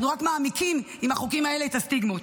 אנחנו רק מעמיקים עם החוקים האלה את הסטיגמות.